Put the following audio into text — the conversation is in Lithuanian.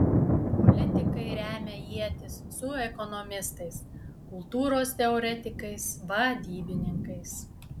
politikai remia ietis su ekonomistais kultūros teoretikais vadybininkais